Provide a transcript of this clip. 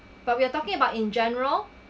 but we are talking about in general